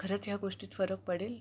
खरंच या गोष्टीत फरक पडेल